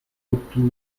retour